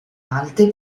alte